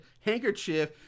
handkerchief